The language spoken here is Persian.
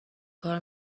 کار